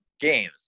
games